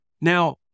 Now